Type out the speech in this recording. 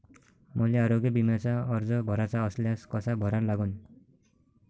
मले आरोग्य बिम्याचा अर्ज भराचा असल्यास कसा भरा लागन?